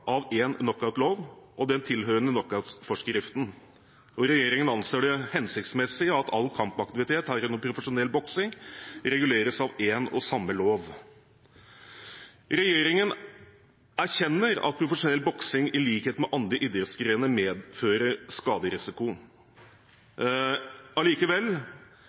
av én knockoutlov og den tilhørende knockoutforskriften. Regjeringen anser det hensiktsmessig at all kampaktivitet, herunder profesjonell boksing, reguleres av én og samme lov. Regjeringen erkjenner at profesjonell boksing i likhet med andre idrettsgrener medfører skaderisiko.